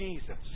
Jesus